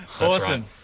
Awesome